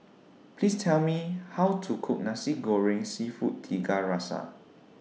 Please Tell Me How to Cook Nasi Goreng Seafood Tiga Rasa